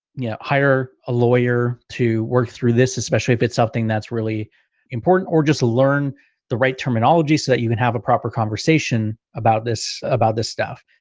yeah hire a lawyer to work through this, especially if it's something that's really important, or just learn the right terminology so that you can have a proper conversation about this about this stuff.